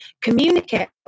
communicate